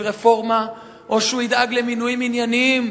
רפורמה או שהוא ידאג למינויים ענייניים.